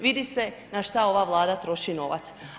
Vidi se na šta ova vlada troši novac.